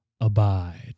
abide